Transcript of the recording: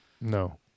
No